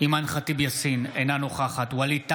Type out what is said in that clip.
אימאן ח'טיב יאסין, אינה נוכחת ווליד טאהא,